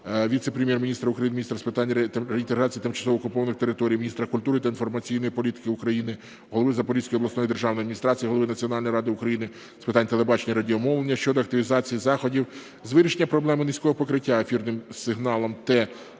віце-прем'єр-міністра України - міністра з питань реінтеграції тимчасово окупованих територій, міністра культури та інформаційної політики України, голови Запорізької обласної державної адміністрації, Голови Національної ради України з питань телебачення і радіомовлення щодо активізації заходів з вирішення проблеми низького покриття ефірним сигналом Т2